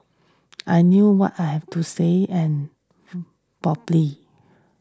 I knew what I have to say and properly